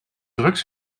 drugs